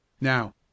now